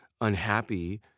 unhappy